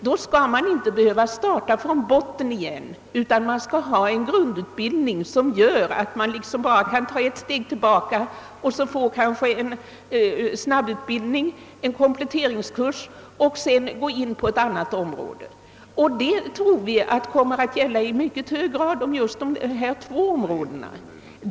Då skall man inte behöva starta från botten igen, utan man skall ha en grundutbildning som gör att man kanske får ta ett steg tillbaka och genomgå en snabbutbildning, en kompletteringskurs, för att sedan flytta över till ett annat yrkesområde. Vi tror att detta i mycket hög grad kommer att gälla just dessa båda områden.